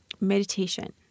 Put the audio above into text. Meditation